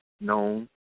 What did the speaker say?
known